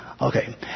Okay